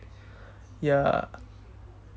ya